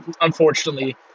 Unfortunately